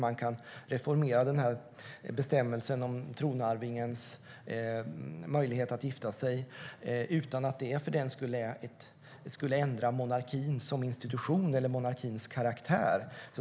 Man kan reformera bestämmelsen om tronarvingens möjlighet att gifta sig utan att det för den skull skulle ändra monarkin som institution eller monarkins karaktär.